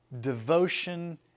devotion